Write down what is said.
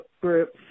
groups